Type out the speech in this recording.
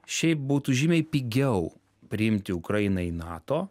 šiaip būtų žymiai pigiau priimti ukrainą į nato